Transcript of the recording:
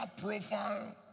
profile